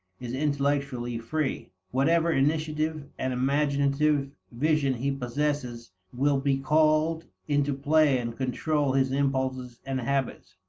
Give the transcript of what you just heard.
is intellectually free. whatever initiative and imaginative vision he possesses will be called into play and control his impulses and habits.